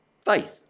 Faith